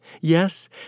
Yes